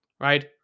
Right